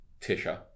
Tisha